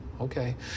okay